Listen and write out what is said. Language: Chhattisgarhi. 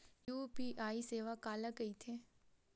यू.पी.आई सेवा काला कइथे?